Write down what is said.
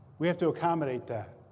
we have to accommodate that.